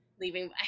leaving